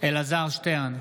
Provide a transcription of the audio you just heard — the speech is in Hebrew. אלעזר שטרן,